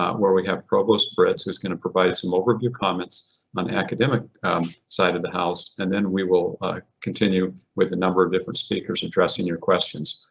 ah where we have provost britz who's gonna provide some overview comments on academic side of the house and then we will continue with a number of different speakers addressing your questions.